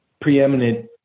preeminent